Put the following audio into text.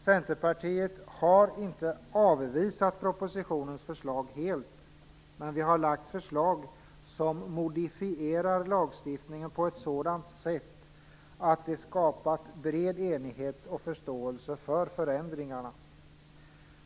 Centerpartiet har inte avvisat propositionens förslag helt, men vi har lagt fram förslag som modifierar lagstiftningen på ett sådant sätt att det skapat bred enighet och förståelse för förändringarna.